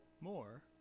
more